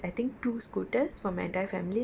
and we had to rent it lah